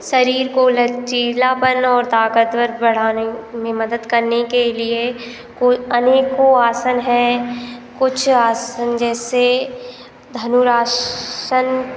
शरीर को लचीलापन और ताकतवर बढ़ाने में मदद करने के लिए कोई अनेकों आसन हैं कुछ आसन जैसे धनुरासन